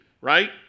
right